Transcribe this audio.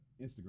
instagram